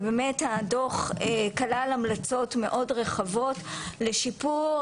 באמת הדוח כלל המלצות מאוד רחבות לשיפור